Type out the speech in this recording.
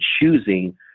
choosing